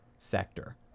Sector